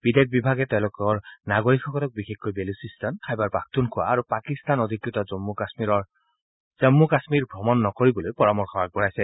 বিদেশ বিভাগে তেওঁলোকৰ নাগৰিকসকলক বিশেষকৈ বেলুচিস্তান খাইবাৰ পাখতুনখোৱা আৰু পাকিস্তান অধিকৃত জন্মু কাশ্মীৰৰ ভ্ৰমণ নকৰিবলৈ পাৰমৰ্শ আগবঢ়াইছে